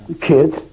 Kids